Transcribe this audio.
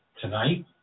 tonight